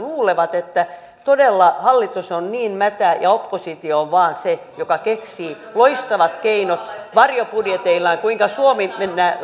luulee että todella hallitus on niin mätä ja vain oppositio on se joka keksii loistavat keinot varjobudjeteillaan kuinka suomi